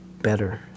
better